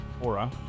Aura